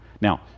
Now